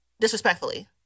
disrespectfully